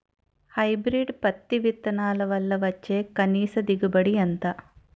Hybrid పత్తి విత్తనాలు వల్ల వచ్చే కనీస దిగుబడి ఎంత?